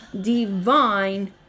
divine